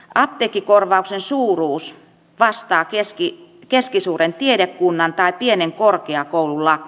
apteekkikorvauksen suuruus vastaa keski keskisuuren tiedekunnan tai pienen korkeakoululla